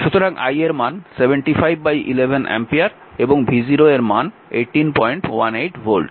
সুতরাং i এর মান 75 11 অ্যাম্পিয়ার এবং v0 এর মান 1818 ভোল্ট